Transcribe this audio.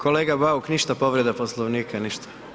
Kolega Bauk, ništa povreda Poslovnika, ništa.